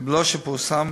ובלא שפורסם